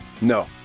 No